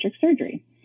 surgery